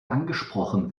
angesprochen